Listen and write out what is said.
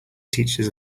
teaches